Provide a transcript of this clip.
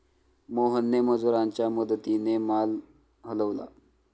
मोहनने मजुरांच्या मदतीने माल हलवला